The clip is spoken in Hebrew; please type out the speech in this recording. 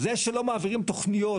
זה שלא מעבירים תוכניות,